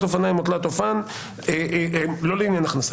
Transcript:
אופניים או תלת אופן" לא לעניין "הכנסה",